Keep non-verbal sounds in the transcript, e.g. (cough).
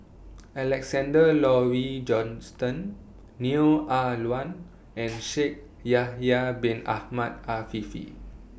Alexander Laurie Johnston Neo Ah Luan and (noise) Shaikh Yahya Bin Ahmed Afifi